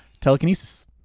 Telekinesis